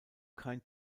kein